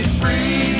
free